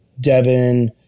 Devin